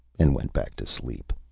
and went back to sleep.